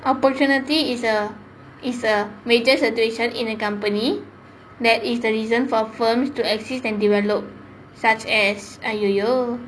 opportunity is a is a major situation in a company that is the reason for firms to exist and develop such as !aiyoyo!